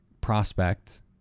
prospect